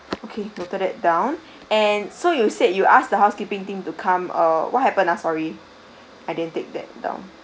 okay noted that down and so you said you ask the housekeeping team to come err what happened ah sorry I didn't take that down